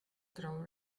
crowd